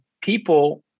people